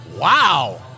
wow